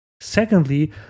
Secondly